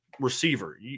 receiver